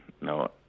no